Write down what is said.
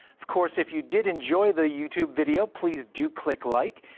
of course, if you did enjoy the youtube video please do click like.